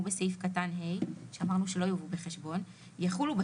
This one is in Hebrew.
בסעיף קטן (ה)," שאמרנו שלא יובאו בחשבון "יחולו,